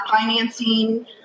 financing